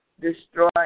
destroy